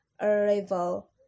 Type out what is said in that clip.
arrival